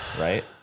right